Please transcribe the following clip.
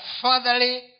fatherly